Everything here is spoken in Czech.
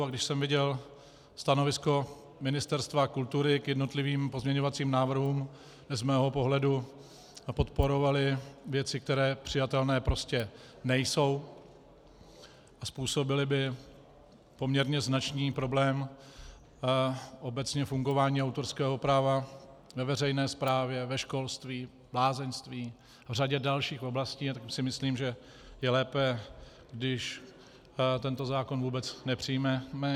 A když jsem viděl stanovisko Ministerstva kultury k jednotlivým pozměňovacím návrhům, z mého pohledu podporovaly věci, které přijatelné prostě nejsou, způsobily by poměrně značný problém obecně fungování autorského práva v neveřejné správě, ve školství, v lázeňství, v řadě dalších oblastí, tak si myslím, že je lépe, když tento zákon vůbec nepřijmeme.